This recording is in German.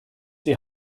die